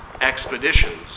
expeditions